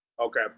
Okay